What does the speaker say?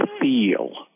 feel